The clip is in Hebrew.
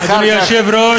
ואחר כך,